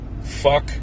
Fuck